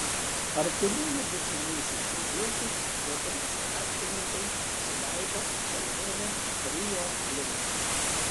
artimųjų bučiniais išlydėti lietuvos krepšininkai pasileido į kelionę rio link